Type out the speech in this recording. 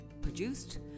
produced